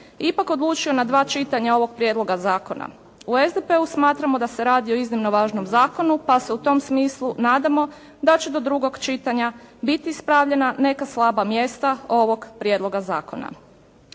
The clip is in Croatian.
ipak odlučio na dva čitanja ovoga prijedloga zakona. U SDP-u smatramo da se radi o iznimno važnom zakonu pa se u tom smislu nadamo da će do drugog čitanja biti spravljenja neka slaba mjesta ovoga prijedloga zakona.